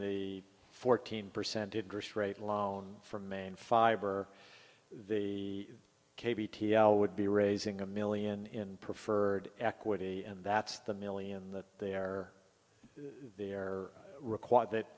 the fourteen percent interest rate loan from man five or the k b t l would be raising a million in preferred equity and that's the million that they're they're required that